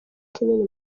kinini